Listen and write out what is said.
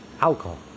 alcohol